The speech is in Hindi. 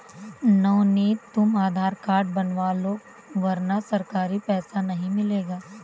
नवनीत तुम आधार कार्ड बनवा लो वरना सरकारी पैसा नहीं मिलेगा